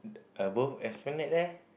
uh both Esplanade leh